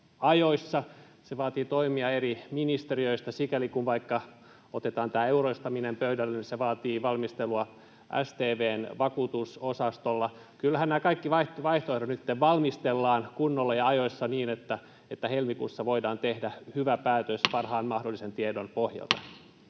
Se vaatii toimia eri ministeriöissä. Sikäli, kun vaikka otetaan tämä euroistaminen pöydälle, se vaatii valmistelua STM:n vakuutusosastolla. Kyllähän nämä kaikki vaihtoehdot nyt valmistellaan kunnolla ja ajoissa niin, että helmikuussa voidaan tehdä hyvä päätös parhaan mahdollisen tiedon pohjalta.